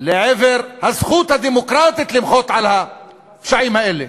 לעבר הזכות הדמוקרטית למחות על הפשעים האלה.